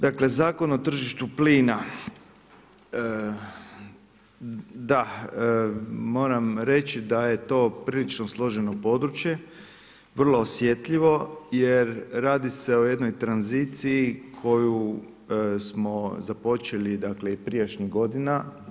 Dakle, Zakon o tržištu plina, da moram reći da je to prilično složeno područje, vrlo osjetljivo, jer radi se o jednoj tranziciji koju smo započeli dakle, i prijašnjih godina.